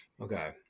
okay